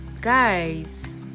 guys